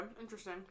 interesting